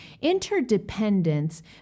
Interdependence